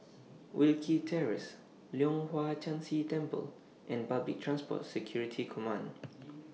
Wilkie Terrace Leong Hwa Chan Si Temple and Public Transport Security Command